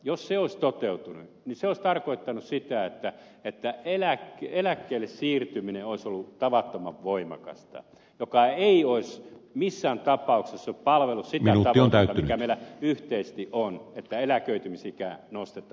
jos tämmöinen pakkoratkaisu olisi toteutunut se olisi tarkoittanut sitä että eläkkeelle siirtyminen olisi ollut tavattoman voimakasta mikä ei olisi missään tapauksessa palvellut sitä tavoitetta mikä meillä yhteisesti on että eläköitymisikää nostetaan